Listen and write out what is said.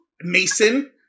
Mason